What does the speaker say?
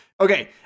Okay